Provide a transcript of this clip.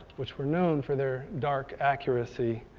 which were known for their dark accuracy,